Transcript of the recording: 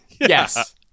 Yes